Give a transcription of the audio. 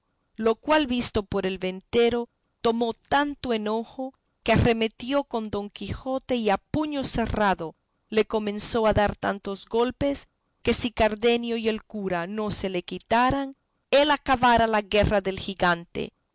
lo cual visto por el ventero tomó tanto enojo que arremetió con don quijote y a puño cerrado le comenzó a dar tantos golpes que si cardenio y el cura no se le quitaran él acabara la guerra del gigante